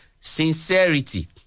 sincerity